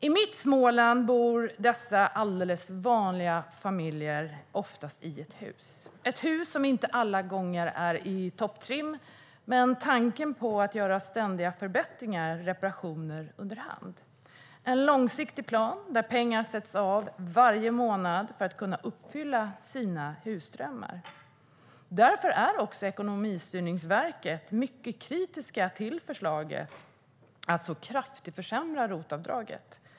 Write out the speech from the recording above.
I mitt Småland bor dessa alldeles vanliga familjer oftast i ett hus, ett hus som inte alla gånger är i topptrim, men där de har tanken på att göra ständiga förbättringar och reparationer efter hand. De har en långsiktig plan och avsätter pengar varje månad för att kunna uppfylla sina husdrömmar. Ekonomistyrningsverket är mycket kritiskt till förslaget att så kraftigt försämra ROT-avdraget.